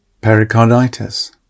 pericarditis